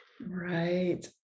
Right